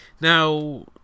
Now